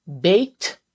baked